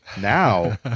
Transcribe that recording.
now